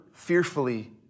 fearfully